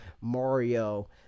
Mario